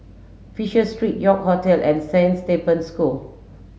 Fisher Street York Hotel and Saint Stephen's School